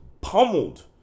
pummeled